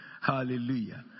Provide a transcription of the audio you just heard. Hallelujah